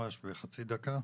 ממש בחצי דקה.